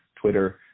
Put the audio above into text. Twitter